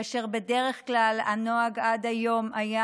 כאשר בדרך כלל הנוהג עד היום היה